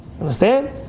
Understand